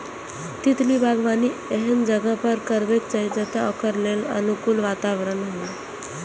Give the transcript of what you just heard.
तितली बागबानी एहन जगह पर करबाक चाही, जतय ओकरा लेल अनुकूल वातावरण होइ